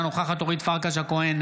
אינה נוכחת אורית פרקש הכהן,